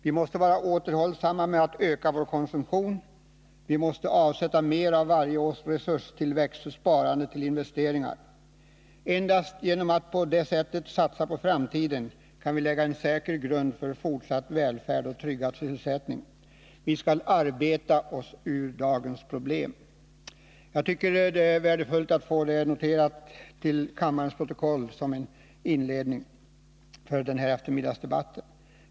Vi måste vara återhållsamma med att öka vår konsumtion. Vi måste avsätta mer av varje års resurstillväxt till sparande för investeringar. Endast genom att på det sättet satsa på framtiden kan vi lägga en säker grund för fortsatt välfärd och tryggad sysselsättning. Vi skall arbeta oss ut ur dagens problem.” Jag tycker att det är värdefullt att få detta noterat i kammarens protokoll som en inledning till kvällens debatt.